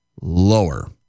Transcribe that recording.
lower